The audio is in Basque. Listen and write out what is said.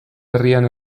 herrian